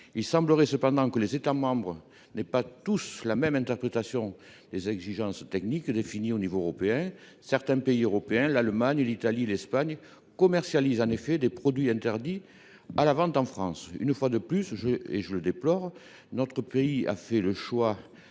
Il semblerait cependant que les États membres n’aient pas tous la même interprétation des exigences techniques définies à l’échelle européenne. Certains pays européens, dont l’Allemagne, l’Italie et l’Espagne, commercialisent en effet des produits interdits à la vente en France. Une fois de plus – et je le déplore –, notre pays a fait le choix